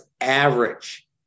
average